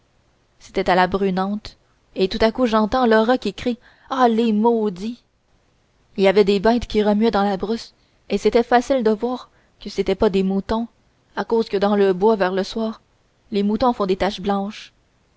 c'était à la brunante et tout à coup j'entends laura qui crie ah les maudits il y avait des bêtes qui remuaient dans la brousse et c'était facile de voir que c'étaient pas des moutons à cause que dans le bois vers le soir les moutons font des taches blanches